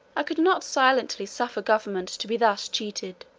i could not silently suffer government to be thus cheated,